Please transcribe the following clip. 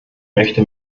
möchte